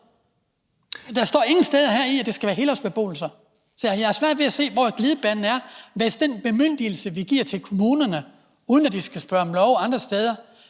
Der står ingen steder heri, at det skal være helårsbeboelser, så jeg har svært ved at se, hvor glidebanen er. Hvis den bemyndigelse, vi giver til kommunerne, uden at de skal spørge om lov andre steder,